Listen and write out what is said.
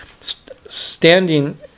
standing